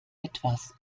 etwas